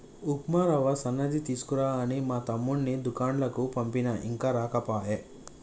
ఉప్మా రవ్వ సన్నది తీసుకురా అని మా తమ్ముణ్ణి దూకండ్లకు పంపిన ఇంకా రాకపాయె